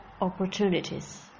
opportunities